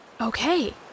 Okay